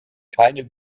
keine